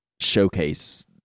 showcase